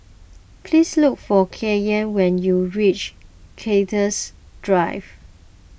please look for Kanye when you reach Cactus Drive